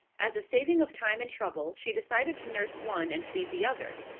as a saving of time and trouble she decided to nurse one and feed the other.